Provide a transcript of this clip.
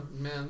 man